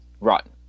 rotten